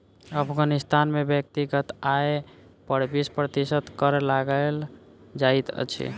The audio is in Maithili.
अफ़ग़ानिस्तान में व्यक्तिगत आय पर बीस प्रतिशत कर लगायल जाइत अछि